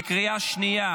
בקריאה השנייה.